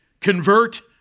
convert